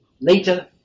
Later